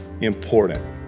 important